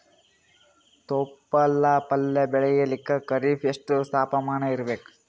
ತೊಪ್ಲ ಪಲ್ಯ ಬೆಳೆಯಲಿಕ ಖರೀಫ್ ಎಷ್ಟ ತಾಪಮಾನ ಇರಬೇಕು?